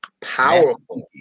Powerful